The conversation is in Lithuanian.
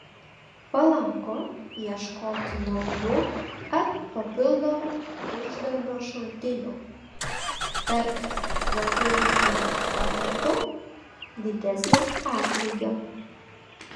palanku ieškoti naujų ar papildomų uždarbio šaltinių tartis dėl geresnių sąlygų didesnio atlygio